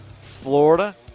Florida